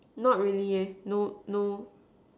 not really eh no no